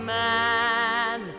man